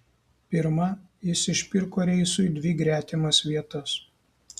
pirma jis išpirko reisui dvi gretimas vietas